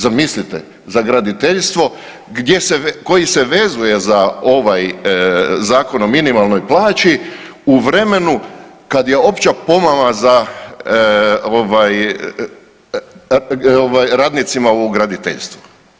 Zamislite, za graditeljstvo koji se vezuje za ovaj Zakon o minimalnoj plaći u vremenu kad je opća pomama za ovaj, ovaj radnicima u graditeljstvu.